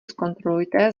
zkontrolujte